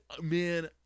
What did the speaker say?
man